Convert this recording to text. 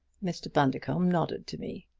mr. bundercombe nodded to me.